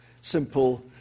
simple